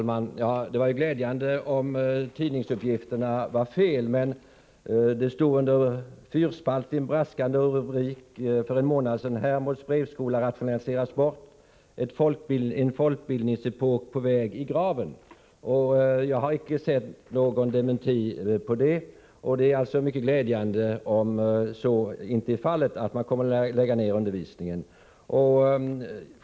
Herr talman! Det gläder mig om tidningsuppgifterna är felaktiga. Under en fyrspaltig braskande rubrik kunde man dock för en månad sedan läsa följande: Hermods brevskola rationaliseras bort — en folkbildningsepok på väg i graven. v Jag har icke sett att dessa uppgifter dementerats. Det är dock, som sagt, mycket glädjande om undervisningen vid Hermods inte läggs ned.